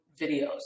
videos